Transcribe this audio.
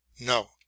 no